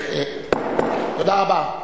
תודה רבה.